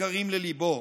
יקרים לליבו".